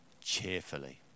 cheerfully